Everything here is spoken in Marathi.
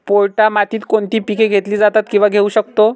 पोयटा मातीत कोणती पिके घेतली जातात, किंवा घेऊ शकतो?